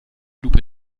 lupe